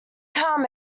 calm